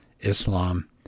Islam